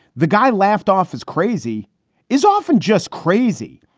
the guy laughed off as crazy is often just crazy.